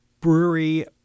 brewery